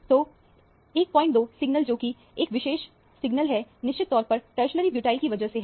तो 12 सिग्नल जो कि एक विशेष सिग्नल है निश्चित तौर पर टरसरी ब्यूटाइल ग्रुप की वजह से है